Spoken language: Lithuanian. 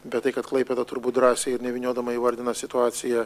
bet tai kad klaipėda turbūt drąsiai ir nevyniodama įvardino situaciją